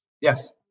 Yes